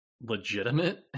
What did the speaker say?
legitimate